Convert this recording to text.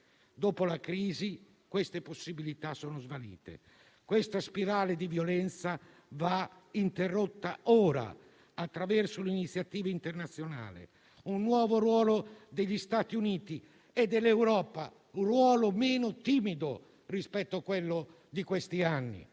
Dopo la crisi, queste possibilità sono svanite. Questa spirale di violenza va interrotta ora attraverso l'iniziativa internazionale, un nuovo ruolo degli Stati Uniti e dell'Europa, un ruolo meno timido rispetto a quello di questi anni,